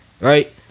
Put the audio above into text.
right